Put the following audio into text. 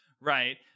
Right